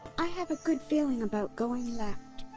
i have a good feeling about going left!